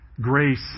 Grace